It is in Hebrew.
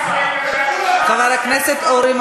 חבר הכנסת אורי